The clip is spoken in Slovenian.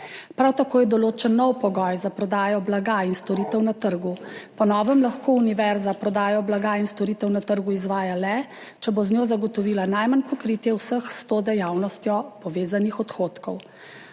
Prav tako je določen nov pogoj za prodajo blaga in storitev na trgu. Po novem lahko univerza prodajo blaga in storitev na trgu izvaja le, če bo z njo zagotovila najmanj pokritje vseh s to dejavnostjo povezanih odhodkov.